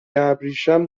ابریشم